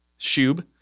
Shub